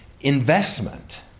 investment